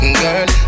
girl